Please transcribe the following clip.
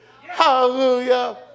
Hallelujah